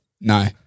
No